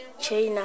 China